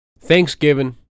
Thanksgiving